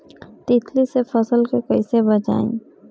तितली से फसल के कइसे बचाई?